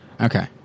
okay